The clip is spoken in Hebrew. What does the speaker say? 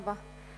תודה רבה.